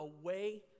away